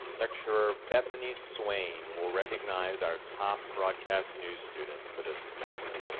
lecturer bethany swain will recognize our top broadcast news student for this commencement.